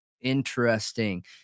interesting